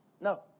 No